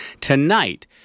Tonight